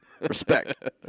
respect